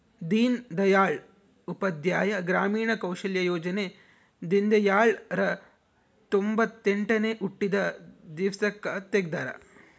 ದೀನ್ ದಯಾಳ್ ಉಪಾಧ್ಯಾಯ ಗ್ರಾಮೀಣ ಕೌಶಲ್ಯ ಯೋಜನೆ ದೀನ್ದಯಾಳ್ ರ ತೊಂಬೊತ್ತೆಂಟನೇ ಹುಟ್ಟಿದ ದಿವ್ಸಕ್ ತೆಗ್ದರ